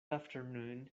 afternoon